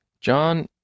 John